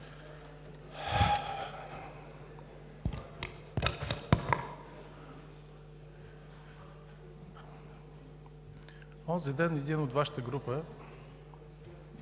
Онзи ден един от Вашата група